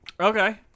Okay